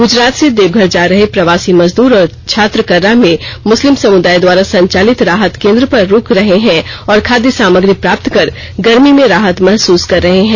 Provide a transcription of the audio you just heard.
गूजरात से देवघर जा रहे प्रवासी मजदूर और छात्र कर्रा में मुस्लिम समुदाय द्वारा संचालित राहत केंद्र पर रूक रहे हैं और खाद्य सामग्री प्राप्त कर गरमी में राहत महसूस कर रहे हैं